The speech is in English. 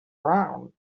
frowned